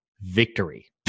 victory